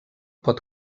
pot